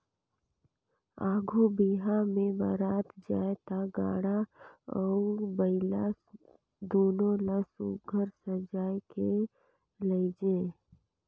आघु बिहा मे बरात जाए ता गाड़ा अउ बइला दुनो ल सुग्घर सजाए के लेइजे